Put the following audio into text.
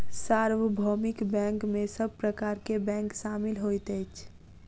सार्वभौमिक बैंक में सब प्रकार के बैंक शामिल होइत अछि